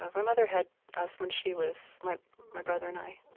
ah my mother had us when she was, my my brother and i,